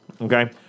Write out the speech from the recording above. Okay